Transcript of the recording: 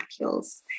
macules